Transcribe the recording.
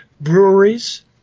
breweries